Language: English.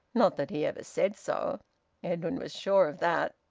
not that he ever said so edwin was sure of that!